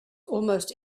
almost